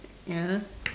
ya